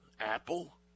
Apple